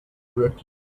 correctly